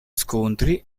scontri